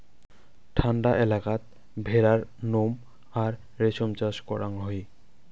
ঠান্ডা এলাকাত ভেড়ার নোম আর রেশম চাষ করাং হই